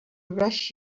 rush